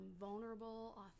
vulnerable